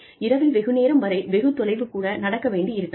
இரவில் வெகு நேரம் வரை வெகு தொலைவு கூட நடக்க வேண்டி இருக்கலாம்